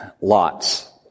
lots